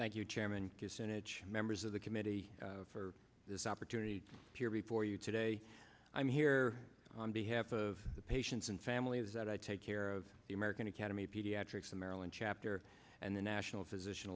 thank you chairman senate members of the committee for this opportunity here before you today i'm here on behalf of the patients and families that i take care of the american academy of pediatrics the maryland chapter and the national physician